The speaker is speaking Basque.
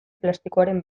plastikoaren